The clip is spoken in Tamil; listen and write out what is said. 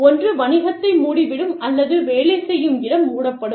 ஒன்று வணிகத்தை மூடிவிடும் அல்லது வேலை செய்யும் இடம் மூடப்படும்